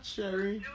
Sherry